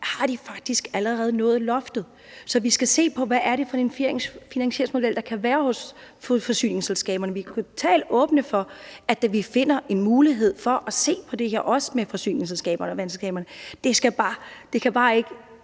har de faktisk allerede nået loftet. Så vi skal se på, hvad det er for en finansieringsmodel, der kan være hos forsyningsselskaberne. Vi er totalt åbne for, at vi finder en mulighed for at se på det her, også med forsyningsselskaberne og vandselskaberne. Vi kan bare ikke